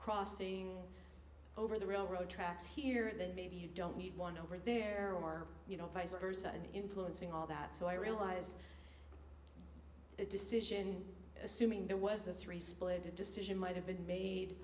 crossing over the railroad tracks here then maybe you don't need one over there are you know vice versa in influencing all that so i realise decision assuming there was a three split decision might have been made